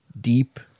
deep